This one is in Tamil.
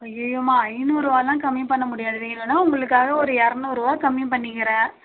ஐய்யய்யோம்மா ஐநூருவாலாம் கம்மி பண்ண முடியாது நீங்கள் இல்லைன்னா உங்களுக்காக ஒரு இரநூருவா கம்மி பண்ணிக்கிறேன்